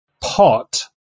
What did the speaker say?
pot